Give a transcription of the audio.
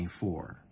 24